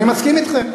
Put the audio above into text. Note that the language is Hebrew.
אני מסכים אתכם.